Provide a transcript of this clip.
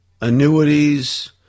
annuities